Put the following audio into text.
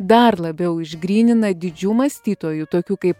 dar labiau išgrynina didžių mąstytojų tokių kaip